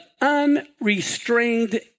unrestrained